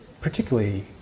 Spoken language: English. particularly